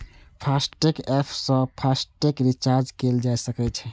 FASTag app सं FASTag recharge कैल जा सकै छै